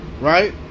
Right